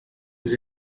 vous